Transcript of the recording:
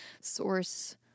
source